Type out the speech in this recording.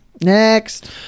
Next